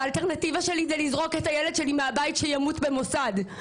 האלטרנטיבה שלי זה לזרוק את הילד שלי מהבית שימות במוסד.